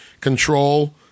control